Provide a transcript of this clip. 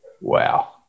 wow